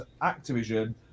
Activision